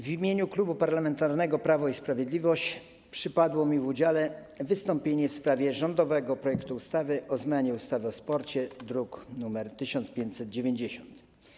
W imieniu Klubu Parlamentarnego Prawo i Sprawiedliwość przypadło mi w udziale wystąpienie w sprawie rządowego projektu ustawy o zmianie ustawy o sporcie, druk nr 1590.